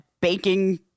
baking